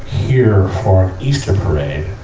here for easter parade,